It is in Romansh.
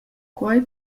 quei